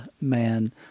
man